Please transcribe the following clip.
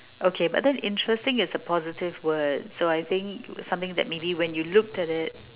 okay but then interesting is a positive word so I think something maybe when you look at it